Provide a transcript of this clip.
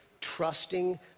trusting